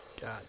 God